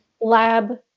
lab